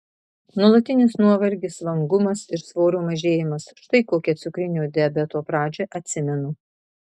nuolatinis nuovargis vangumas ir svorio mažėjimas štai kokią cukrinio diabeto pradžią atsimenu